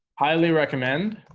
highly recommend